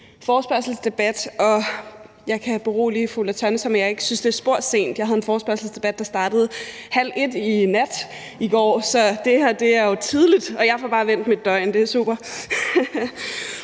forespørgselsdebat. Jeg kan berolige fru Ulla Tørnæs med, at jeg ikke synes, det er spor sent. Jeg havde en forespørgselsdebat, der startede kl. 0.30 i nat, så det her er jo tidligt. Jeg får bare vendt mit døgn, det er super.